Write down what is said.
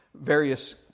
various